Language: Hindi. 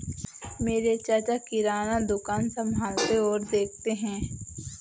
मेरे चाचा किराना दुकान संभालते और देखते हैं